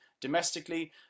domestically